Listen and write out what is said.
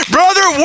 Brother